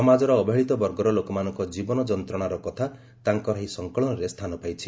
ସମାଜର ଅବହେଳିତ ବର୍ଗର ଲୋକମାନଙ୍କ ଜୀବନ ଯନ୍ତ୍ରଣାର କଥା ତାଙ୍କର ଏହି ସଙ୍କଳନରେ ସ୍ଥାନ ପାଇଛି